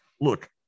look